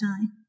time